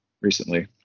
recently